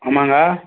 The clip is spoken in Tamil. ஆமாங்க